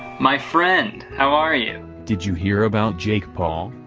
my friend. how are you? did you hear about jake paul?